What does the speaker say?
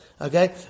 Okay